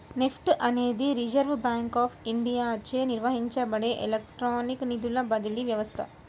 NEFT అనేది reserve bank of ఇండియాచే నిర్వహించబడే ఎలక్ట్రానిక్ నిధుల బదిలీ వ్యవస్థ